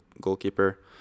goalkeeper